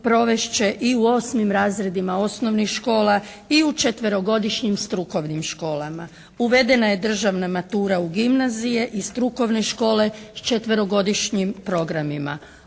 i u osmim razredima osnovnih škola i u četverogodišnjim strukovnim školama. Uvedena je državna matura u gimnazije i strukovne škole s četverogodišnjim programima.